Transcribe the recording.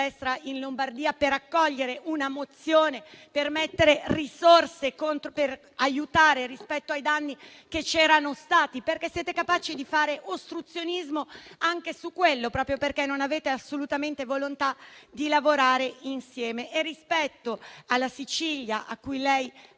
giorni per accogliere una mozione per destinare risorse agli aiuti rispetto ai danni registrati. Siete capaci di fare ostruzionismo anche su quello, proprio perché non avete assolutamente volontà di lavorare insieme. Rispetto alla Sicilia, a cui lei